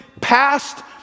past